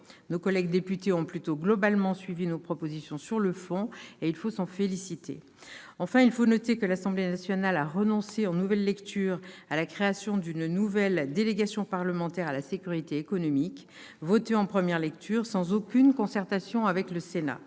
Nos collègues députés ont globalement suivi nos propositions sur le fond, ce dont il faut se féliciter. Enfin, l'Assemblée nationale, en nouvelle lecture, a renoncé à la création d'une nouvelle délégation parlementaire à la sécurité économique, votée en première lecture sans aucune concertation avec le Sénat.